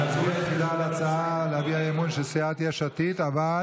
אנחנו נצביע תחילה על ההצעה של סיעת יש עתיד להביע אי-אמון,